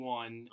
one